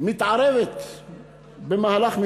מתערבת במהלך משפטי,